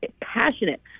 passionate